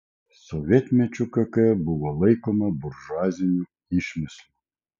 sovietmečiu kk buvo laikoma buržuaziniu išmislu